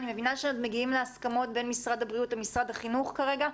אני מבינה שעוד מגיעים להסכמות בין משרד הבריאות למשרד החינוך כרגע,